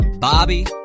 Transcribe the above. Bobby